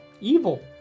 evil